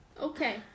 Okay